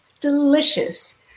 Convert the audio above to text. delicious